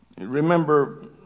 remember